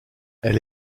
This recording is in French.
elle